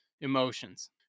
emotions